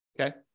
Okay